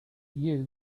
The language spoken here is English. you